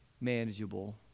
manageable